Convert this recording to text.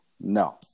No